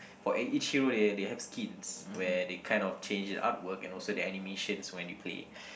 for ea~ each hero they they have skins where they kind of change the artwork and also the animations when you play